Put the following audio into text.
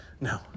No